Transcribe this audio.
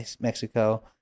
Mexico